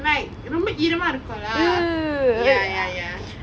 like ரொம்ப ஈரமா இருக்கும்:romba eerama irukkum lah ya ya ya